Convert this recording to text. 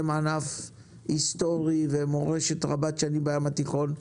ענף היסטורי ומורשת רבת שנים בים התיכון.